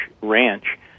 ranch